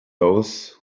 those